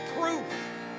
proof